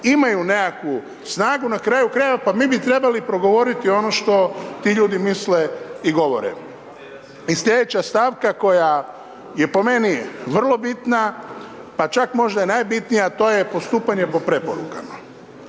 imaju nekakvu snagu, na kraju krajeva, pa mi bi trebali progovoriti ono što ti ljudi misle i govore. I slijedeća stavka koja je po meni vrlo bitna, pa čak možda i najbitnija, a to je postupanje po preporukama.